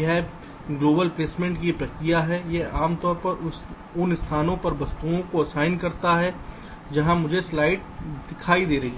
यह वैश्विक प्लेसमेंट की प्रक्रिया है यह आम तौर पर उन स्थानों पर वस्तुओं को असाइन करता है जहां मुझे स्लाइड दिखाई दे रही है